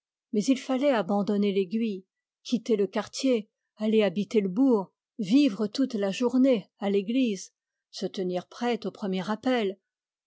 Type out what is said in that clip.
mais il fallait abandonner l'aiguille quitter le quartier aller habiter le bourg vivre toute la journée à l'église se tenir prêt au premier appel